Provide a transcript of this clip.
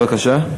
בבקשה.